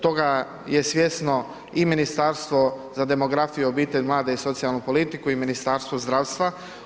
Toga je svjesno i Ministarstvo za demografiju, obitelj, mlade i socijalnu politiku i Ministarstvo zdravstva.